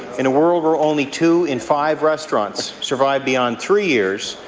in a world where only two in five restaurants survive beyond three years,